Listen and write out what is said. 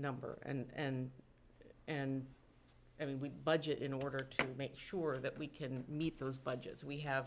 number and and i mean we budget in order to make sure that we can meet those budgets we have